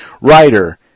writer